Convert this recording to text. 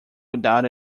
without